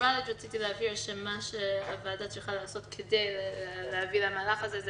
פרוצדורלית רציתי להבהיר שמה שהוועדה צריכה לעשות כדי להביא למהלך הזה,